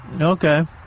Okay